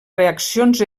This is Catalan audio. reaccions